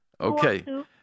Okay